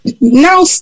now